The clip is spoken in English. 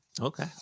Okay